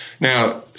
Now